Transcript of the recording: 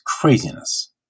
craziness